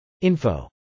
Info